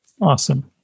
Awesome